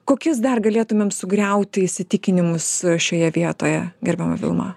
kokius dar galėtumėm sugriauti įsitikinimus šioje vietoje gerbiama vilma